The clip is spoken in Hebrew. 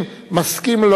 לכן אני קובע שהנושא יועבר,